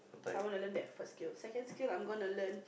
so I want to learn that first skill second skill I'm gonna learn